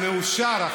אפילו מאושר,